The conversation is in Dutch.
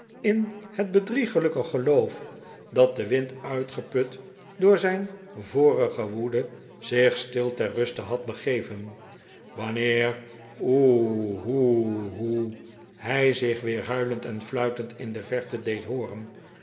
in net bedrieglijk geloof dat de wind uitgeput door zijn vorige woede zich stil ter ruste had begeven wanneer hoe oe oe hij zich weer huilend en fluitend in de verte deed hooren